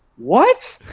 what,